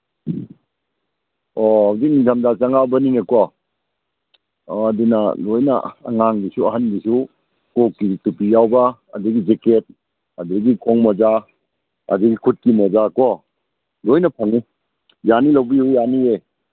ꯑꯣ ꯍꯧꯖꯤꯛ ꯅꯤꯡꯗꯝꯗꯥ ꯆꯪꯉꯛꯑꯕꯅꯤꯅꯀꯣ ꯑꯧ ꯑꯗꯨꯅ ꯂꯣꯏꯅ ꯑꯉꯥꯡꯒꯤꯁꯨ ꯑꯍꯟꯒꯤꯁꯨ ꯀꯣꯛꯀꯤ ꯇꯨꯄꯤ ꯌꯥꯎꯕ ꯑꯗꯒꯤ ꯖꯤꯀꯦꯠ ꯑꯗꯒꯤ ꯈꯣꯡ ꯃꯣꯖꯥ ꯑꯗꯒꯤ ꯈꯨꯠꯀꯤ ꯃꯣꯖꯥꯀꯣ ꯂꯣꯏꯅ ꯐꯪꯅꯤ ꯌꯥꯅꯤ ꯂꯧꯕꯤꯌꯨ ꯌꯥꯅꯤꯌꯦ